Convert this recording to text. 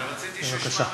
בבקשה.